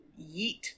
Yeet